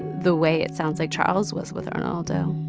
the way it sounds like charles was with arnaldo